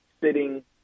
sitting